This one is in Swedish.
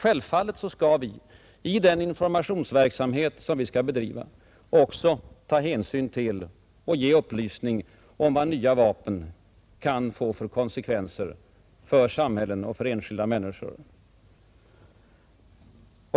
Självfallet skall vi i den informationsverksamhet, som vi har att bedriva, också ta hänsyn till och ge upplysning om vilka konsekvenser nya vapen kan få för samhällen och för enskilda människor.